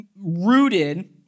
rooted